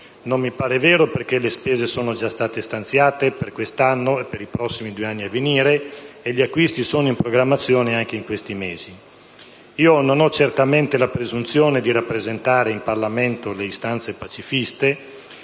non mi pare vero, perché le spese sono già state previste per quest'anno e per i due anni a venire e gli acquisti sono in programmazione anche in questi mesi. Non ho certamente la presunzione di rappresentare le istanze pacifiste